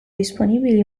disponibili